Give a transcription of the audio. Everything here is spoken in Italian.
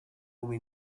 come